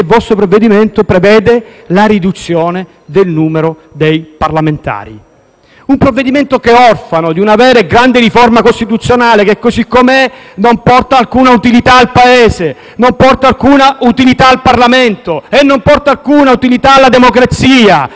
Un provvedimento orfano di una vera e grande riforma costituzionale e che, così com'è, non porta alcuna utilità al Paese, non porta alcuna utilità al Parlamento e non porta alcuna utilità alla democrazia. Voi siete in Aula per presentare un provvedimento *spot*.